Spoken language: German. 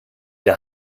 der